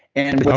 and